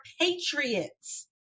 patriots